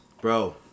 Bro